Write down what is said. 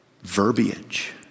verbiage